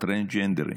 הטרנסג'נדרים